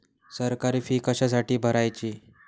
सरकारी फी कशासाठी भरायची